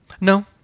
No